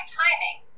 timing